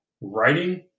Writing